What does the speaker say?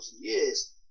years